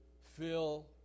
fill